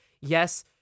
yes